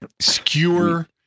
skewer